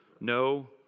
no